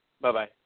Bye-bye